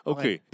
Okay